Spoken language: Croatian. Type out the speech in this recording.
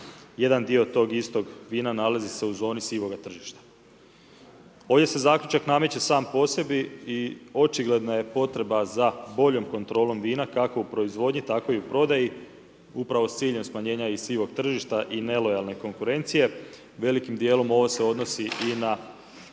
jedan dio tog istog vina nalazi u zoni sivoga tržišta. Ovdje se zaključak nameće sam po sebi i očigledno je potreba za boljom kontrolom vina kak u proizvodnji tako i u prodaji, upravo s ciljem smanjenja i sivog tržišta i nelojalne konkurencije, velikim djelom ovo se odnosi i na